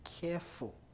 careful